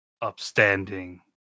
upstanding